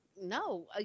No